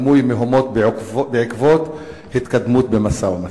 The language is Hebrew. הוא דימוי מהומות בעקבות התקדמות במשא-ומתן.